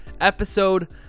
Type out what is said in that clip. episode